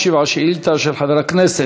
הוא ישיב על שאילתה של חבר הכנסת